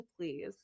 please